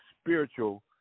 spiritual